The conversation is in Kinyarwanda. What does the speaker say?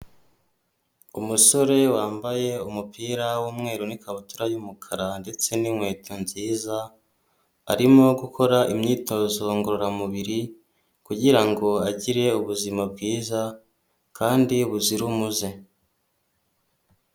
Umusore wambaye umupira w'umweru n'ikabutura y'umukara ndetse n'inkweto nziza, arimo gukora imyitozo ngororamubiri kugirango agire ubuzima bwiza kandi buzira umuze.